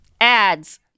Ads